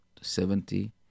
seventy